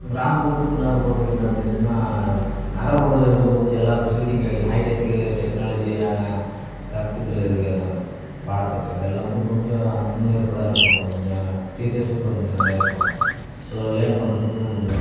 கிராமப்புறத்துக்கும் நகர்புறத்துக்கும் என்ன வித்யாசன்னா நகரபுறத்தில் இருக்கும் போது எல்லா ஃபெசிலிட்டியும் கிடைக்கும் ஹைடெக் டெக்னாலஜியான கற்பித்தல் பாடத்திட்டங்கள் எல்லாம் வந்து கொஞ்சம் முன்னேற்பாடாக இருக்கும் கொஞ்சம் டீச்சர்ஸும் கொஞ்சம் நிறையா இருப்பாங்க ஸோ லேர்ன் பண்ணுறதுக்கும் கொஞ்சம்